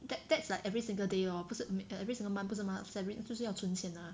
that that's like every single day lor 不是 every single month 不是吗 salary 就是要存钱 ah